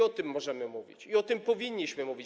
O tym możemy mówić i o tym powinniśmy mówić.